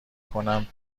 کنم